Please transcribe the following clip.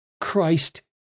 Christ